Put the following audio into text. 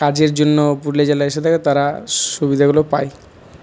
কাজের জন্য পুরুলিয়া জেলায় এসে থাকে তারা সুবিধাগুলো পায়